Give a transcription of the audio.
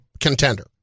contender